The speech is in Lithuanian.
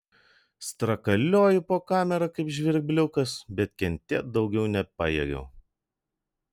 strakalioju po kamerą kaip žvirbliukas bet kentėt daugiau nepajėgiau